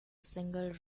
single